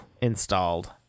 installed